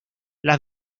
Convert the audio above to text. las